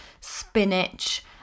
spinach